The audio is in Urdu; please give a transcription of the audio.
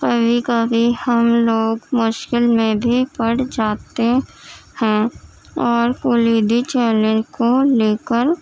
کبھی کبھی ہم لوگ مشکل میں بھی پڑ جاتے ہیں اور کلیدی چیلنج کو لے کر